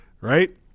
right